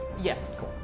Yes